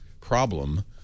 problem